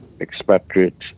expatriates